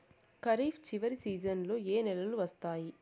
ఖరీఫ్ చివరి సీజన్లలో ఏ నెలలు వస్తాయి?